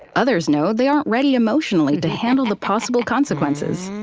others know they aren't ready emotionally to handle the possible consequences.